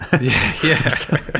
Yes